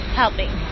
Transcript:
helping